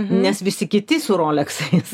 nes visi kiti su roleksais